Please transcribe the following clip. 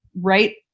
right